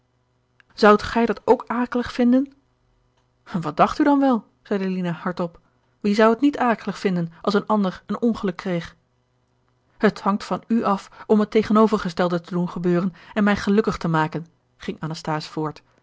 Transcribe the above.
zoudt ge dat ook akelig vinden wat dacht u dan wel zeide lina hardop wie zou het niet akelig vinden als een ander een ongeluk kreeg het hangt van u af om het tegenovergestelde te doen gebeuren en mij gelukkig te maken ging anasthase voort